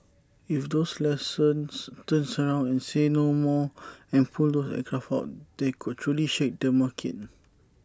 if those lessors turn around and say 'no more' and pull those aircraft out that could truly shake the market